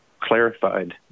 clarified